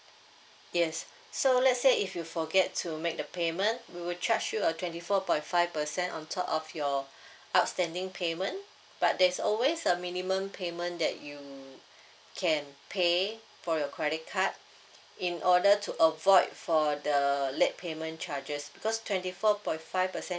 yes so let's say if you forget to make the payment we will charge you a twenty four point five percent on top of your outstanding payment but there's always a minimum payment that you can pay for your credit card in order to avoid for the late payment charges because twenty four point five percent